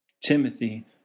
Timothy